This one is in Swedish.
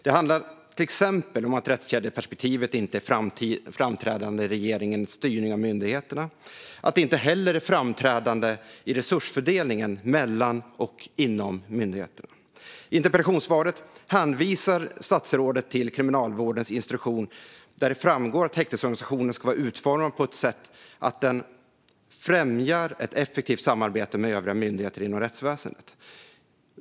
Det handlar till exempel om att rättskedjeperspektivet inte är framträdande i regeringens styrning av myndigheterna och att det inte heller är framträdande i resursfördelningen mellan och inom myndigheterna. I interpellationssvaret hänvisar statsrådet till Kriminalvårdens instruktion där det framgår att häktesorganisationen ska vara utformad på så sätt att den främjar ett effektivt samarbete med övriga myndigheter inom rättsväsendet.